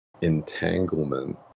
entanglement